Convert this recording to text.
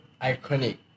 iconic